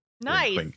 Nice